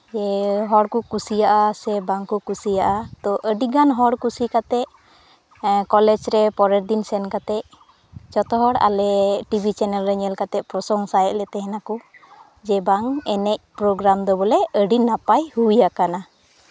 ᱡᱮ ᱦᱚᱲ ᱠᱚ ᱠᱩᱥᱤᱭᱟᱜᱼᱟ ᱥᱮ ᱵᱟᱝ ᱠᱚ ᱠᱩᱥᱤᱭᱟᱜᱼᱟ ᱛᱳ ᱟᱹᱰᱤᱜᱟᱱ ᱦᱚᱲ ᱠᱩᱥᱤ ᱠᱟᱛᱮᱫ ᱠᱚᱞᱮᱡᱽ ᱨᱮ ᱯᱚᱨᱮᱨ ᱫᱤᱱ ᱥᱮᱱ ᱠᱟᱛᱮᱫ ᱡᱚᱛᱚ ᱦᱚᱲ ᱟᱞᱮ ᱴᱤᱵᱷᱤ ᱪᱮᱱᱮᱞ ᱨᱮ ᱧᱮᱞ ᱠᱟᱛᱮᱫ ᱯᱨᱚᱥᱚᱝᱥᱟᱭᱮᱫ ᱞᱮ ᱛᱟᱦᱮᱱᱟᱠᱚ ᱡᱮ ᱵᱟᱝ ᱮᱱᱮᱡ ᱯᱨᱳᱜᱨᱟᱢ ᱫᱚ ᱵᱚᱞᱮ ᱟᱹᱰᱤ ᱱᱟᱯᱟᱭ ᱦᱩᱭ ᱟᱠᱟᱱᱟ